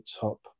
top